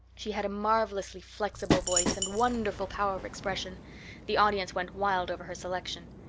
she had a marvelously flexible voice and wonderful power of expression the audience went wild over her selection.